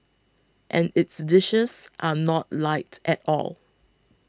and its dishes are not light at all